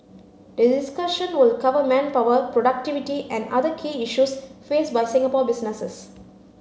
the discussion will cover manpower productivity and other key issues faced by Singapore businesses